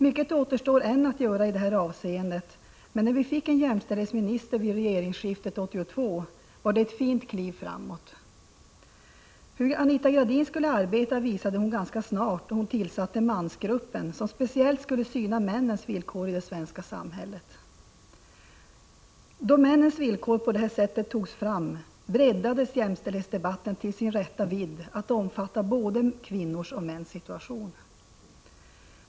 Mycket återstår än att göra i det här avseendet, men när vi fick en jämställdhetsminister vid regeringsskiftet 1982 var det ett fint kliv framåt. Hur Anita Gradin skulle arbeta visade hon ganska snart, då hon tillsatte mansgruppen, som speciellt skulle syna männens villkor i det svenska samhället. Då männens villkor på detta sätt togs fram, breddades jämställdhetsdebatten till sin rätta vidd, att omfatta både kvinnors och mäns situation.